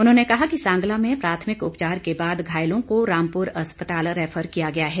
उन्होंने कहा कि सांगला में प्राथमिक उपचार के बाद घायलों को रामपुर अस्पताल रैफर किया गया है